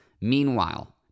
Meanwhile